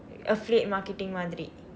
afraid marketing மாதிரி:maathiri